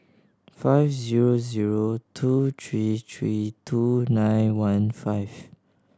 five zero zero two three three two nine one five